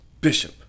Bishop